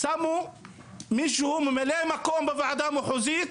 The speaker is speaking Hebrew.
שמו מישהו ממלא מקום בוועדה המחוזית,